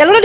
allora